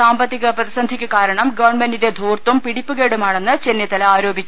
സാമ്പത്തിക പ്രതിസന്ധിക്കു കാരണം ഗവൺമെന്റിന്റെ ധൂർത്തും പിടിപ്പുകേടുമാണെന്ന് ചെന്നിത്തല ആരോപിച്ചു